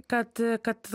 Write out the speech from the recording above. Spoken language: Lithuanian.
kad kad